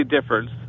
difference